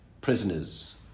prisoners